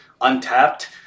untapped